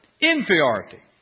inferiority